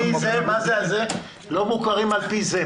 לא מוכרים על פי זה.